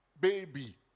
baby